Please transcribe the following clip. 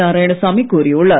நாராயணசாமி கூறியுள்ளார்